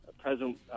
president